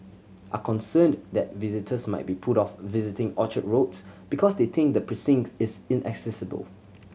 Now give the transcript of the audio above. are concerned that visitors might be put off visiting Orchard Roads because they think the precinct is inaccessible